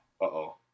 Uh-oh